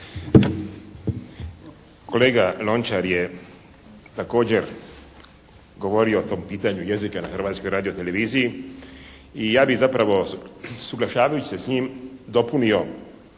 Kolega Lončar je također govorio o tom pitanju jezika na Hrvatskoj radioteleviziji i ja bih zapravo usuglašavajući se s njim dopunio